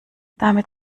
damit